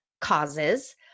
causes